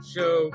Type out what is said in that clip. Show